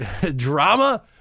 drama